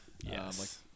Yes